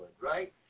right